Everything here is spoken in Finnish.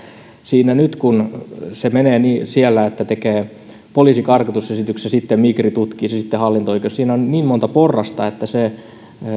siinä nyt kun se menee siellä niin että poliisi tekee karkotusesityksen ja sitten migri tutkii sitten hallinto oikeus on niin monta porrasta että